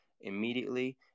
immediately